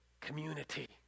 community